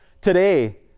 today